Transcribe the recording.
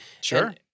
Sure